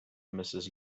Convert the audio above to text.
mrs